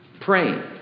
Praying